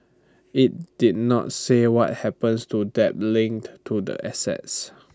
IT did not say what happens to debt linked to the assets